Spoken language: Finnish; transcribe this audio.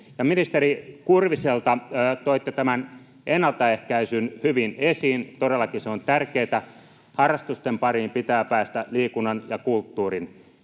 ministeri Kurviselle: Toitte tämän ennaltaehkäisyn hyvin esiin. Se on todellakin tärkeää. Harrastusten pariin pitää päästä, liikunnan ja kulttuurin.